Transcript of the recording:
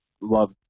love